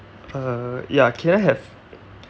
uh ya can I have